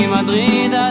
Madrid